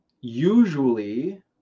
usually